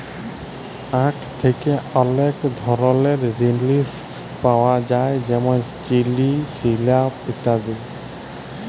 আখ থ্যাকে অলেক ধরলের জিলিস পাওয়া যায় যেমল চিলি, সিরাপ ইত্যাদি